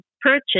purchase